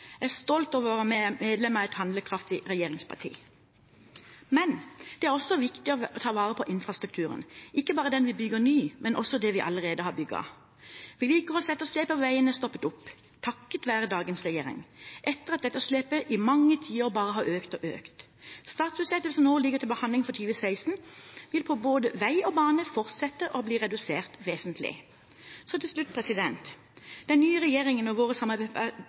Jeg er stolt av å være medlem av et handlekraftig regjeringsparti. Men: Det er også viktig å ta vare på infrastrukturen – ikke bare den vi bygger ny, men også det vi allerede har bygget. Vedlikeholdsetterslepet på vei har stoppet opp takket være dagens regjering, etter at etterslepet i mange tiår bare har økt og økt. I statsbudsjettet for 2016 som nå ligger til behandling, vil vedlikeholdsetterslepet på både vei og bane fortsette å bli redusert vesentlig. Så til slutt: Den nye regjeringen og våre samarbeidspartnere er